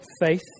faith